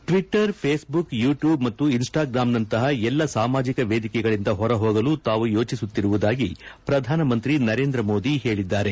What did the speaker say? ಟ್ಲಿಟ್ಸರ್ Facebook YouTube ಮತ್ತು ಇನ್ಸ್ಲಾಗ್ರಾಂನಂತಹ ಎಲ್ಲ ಸಾಮಾಜಿಕ ವೇದಿಕೆಗಳಿಂದ ಹೊರಹೋಗಲು ತಾವು ಯೋಚಿಸುತ್ತಿರುವುದಾಗಿ ಪ್ರಧಾನಮಂತ್ರಿ ನರೇಂದ ಮೋದಿ ಹೇಳಿದ್ದಾರೆ